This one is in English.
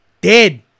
Dead